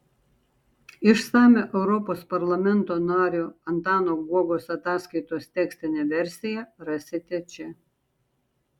išsamią europos parlamento nario antano guogos ataskaitos tekstinę versiją rasite čia